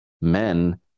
men